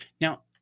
Now